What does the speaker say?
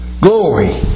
glory